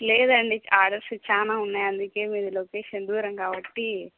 లేదండి ఆ రోజు చానా ఉన్నాయి అందుకే మీది లొకేషన్ దూరం కాబట్టి